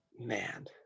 Man